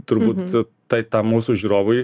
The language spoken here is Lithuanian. turbūt tai tą mūsų žiūrovui